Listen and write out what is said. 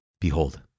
Behold